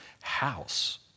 house